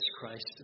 Christ